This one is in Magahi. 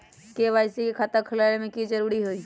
के.वाई.सी के खाता खुलवा में की जरूरी होई?